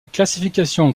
classification